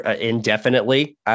indefinitely